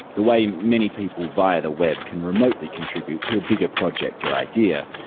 the way many people via the web can remotely contribute to a bigger project or idea,